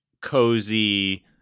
cozy